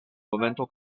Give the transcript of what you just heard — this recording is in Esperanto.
momento